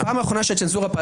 הצנזורה גם